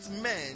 men